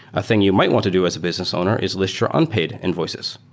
a thing you might want to do as a business owner is list your unpaid invoices,